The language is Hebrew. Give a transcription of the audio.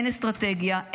אין אסטרטגיה,